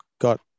got